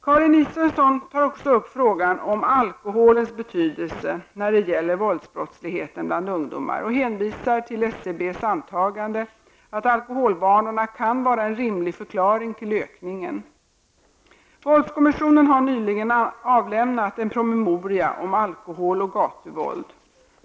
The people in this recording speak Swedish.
Karin Israelsson tar också upp frågan om alkoholens betydelse när det gäller våldsbrottsligheten bland ungdomar och hänvisar till SCBs antagande att alkoholvanorna kan vara en rimlig förklaring till ökningen. Våldskommissionen har nyligen avlämnat en promemoria om alkohol och gatuvåld.